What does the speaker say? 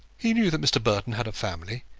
he knew that mr. burton had a family,